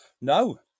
No